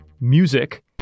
music